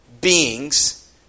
beings